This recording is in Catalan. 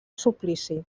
suplici